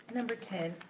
number ten.